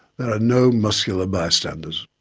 there are no muscular bystanders.